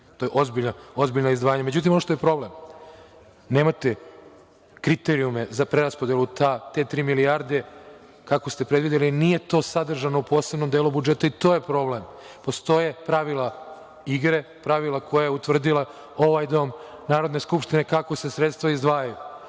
To je ozbiljno izdvajanje.Međutim, ono što je problem, nemate kriterijume za preraspodelu te tri milijarde, kako ste predvideli, nije to sadržano u posebnom delu budžeta i to je problem. Postoje pravila igre, pravila koja je utvrdio ovaj Dom Narodne skupštine, kako se sredstva izdvajaju.